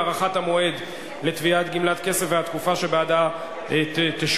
הארכת המועד לתביעת גמלת כסף והתקופה שבעדה תשולם),